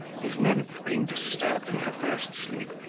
his nymph, being disturbed in her first sleep,